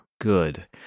Good